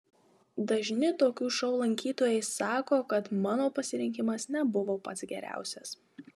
dažni tokių šou lankytojai sako kad mano pasirinkimas nebuvo pats geriausias